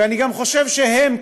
ואני גם חושב שהם,